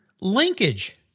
linkage